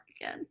again